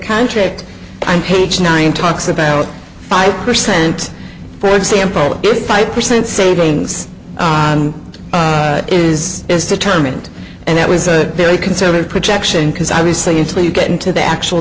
contract and page nine talks about five percent for example the five percent savings is as determined and that was a very conservative projection because obviously until you get into the actual